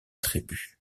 tribu